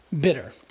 bitter